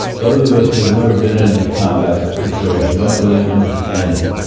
those of us who have never been in this combat situation don't really understand it.